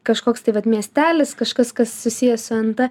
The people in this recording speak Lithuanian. kažkoks tai vat miestelis kažkas kas susiję su en t